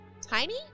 Tiny